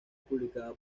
publicada